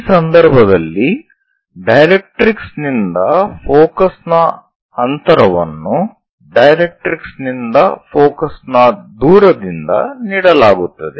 ಈ ಸಂದರ್ಭದಲ್ಲಿ ಡೈರೆಕ್ಟ್ರಿಕ್ಸ್ ನಿಂದ ಫೋಕಸ್ ನ ಅಂತರವನ್ನು ಡೈರೆಟ್ರಿಕ್ಸ್ ನಿಂದ ಫೋಕಸ್ ನ ದೂರದಿಂದ ನೀಡಲಾಗುತ್ತದೆ